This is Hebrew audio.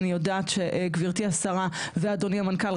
אני יודעת שגברתי השרה ואדוני המנכ"ל,